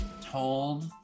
told